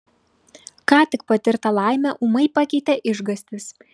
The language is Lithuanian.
ką tik patirtą laimę ūmai pakeitė išgąstis